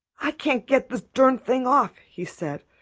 i can't get this durned thing off he said,